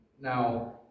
now